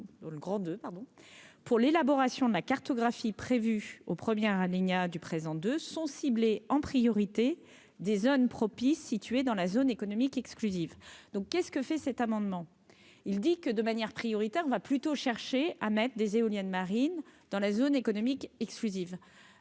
pour l'élaboration de la cartographie au 1er Rania du présent de sont ciblés en priorité des zones propices situé dans la zone économique exclusive donc qu'est ce que fait cet amendement, il dit que, de manière prioritaire va plutôt chercher à mettre des éoliennes marines dans la zone économique exclusive,